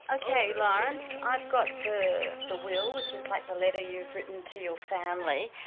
okay, lawrence, i've got the the will which is like the letter you've written to your family,